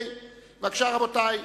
בבקשה, רבותי,